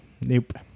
Nope